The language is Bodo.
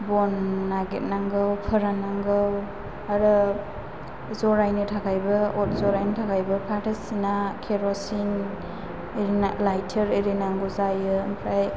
बन नागिरनांगौ फोराननांगौ आरो जरायनो थाखायबो अर जरायनो थाखायबो फाथो सिना केर'सिन लाइटार इरि नांगौ जायो ओमफ्राय